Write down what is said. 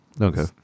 Okay